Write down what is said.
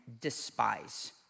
despise